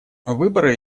выборы